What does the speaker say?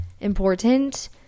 important